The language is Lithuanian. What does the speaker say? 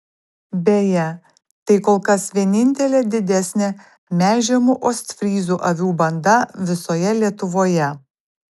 beje tai kol kas vienintelė didesnė melžiamų ostfryzų avių banda visoje lietuvoje